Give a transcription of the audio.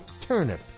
turnip